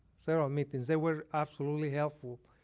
several meetings. they were absolutely helpful,